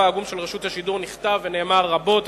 העגום של רשות השידור נכתב ונאמר רבות,